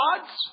gods